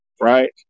Right